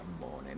morning